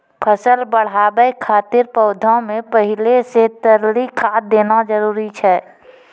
फसल बढ़ाबै खातिर पौधा मे पहिले से तरली खाद देना जरूरी छै?